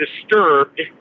disturbed